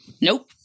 Nope